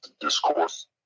discourse